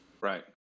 Right